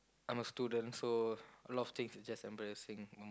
I'm a student so a lot of things just embarrassing